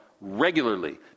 regularly